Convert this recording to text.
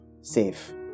safe